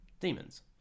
Demons